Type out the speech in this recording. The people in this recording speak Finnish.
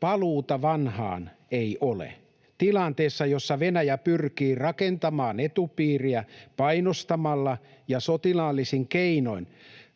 ”Paluuta vanhaan ei ole. Tilanteessa, jossa Venäjä pyrkii rakentamaan etupiiriä painostamalla ja sotilaallisin keinoin,